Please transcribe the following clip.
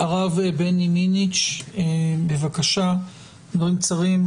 הרב בני מיניץ, בבקשה דברים קצרים.